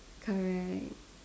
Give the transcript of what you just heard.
correct